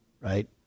right